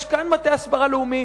יש כאן מטה הסברה לאומי,